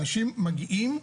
אנשים מגיעים,